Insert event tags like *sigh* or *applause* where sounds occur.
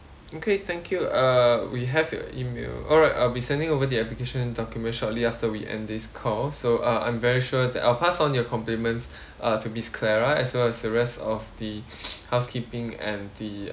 okay thank you err we have your email alright I'll be sending over the application document shortly after we end this call so uh I'm very sure that I'll pass on your compliments *breath* uh to miss clara as well as the rest of the *breath* housekeeping and the